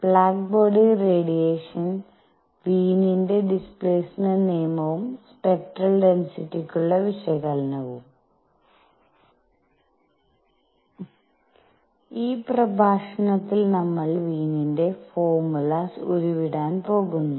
black body radiation V വെയ്നിന്റെ displacement നിയമവും spectral ഡെൻസിറ്റിയ്ക്കുള്ള വിശകലനവും ഈ പ്രഭാഷണത്തിൽ നമ്മൾ വീനിന്റെ ഫോർമുലാസ് Wiens formula ഉരുവിടാൻ പോകുന്നു